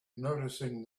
noticing